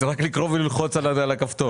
זה רק לקרוא וללחוץ על הכפתור.